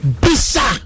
bisa